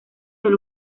del